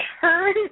turn